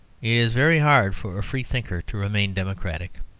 is very hard for a freethinker to remain democratic.